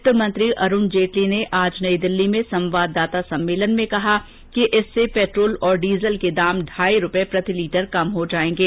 वित्त मंत्री अरूण जेटली ने आज नई दिल्ली में संवाददाता सम्मेलन में कहा कि इससे पैट्रोल और डीजल के दाम ढाई रूपए प्रति लीटर कम हो जाएंगे